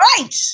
right